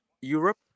Europe